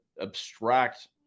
abstract